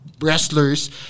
Wrestlers